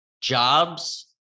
jobs